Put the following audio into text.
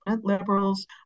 liberals